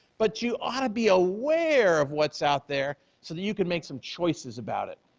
but you ought to be aware of what's out there so that you can make some choices about it.